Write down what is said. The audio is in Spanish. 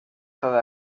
toda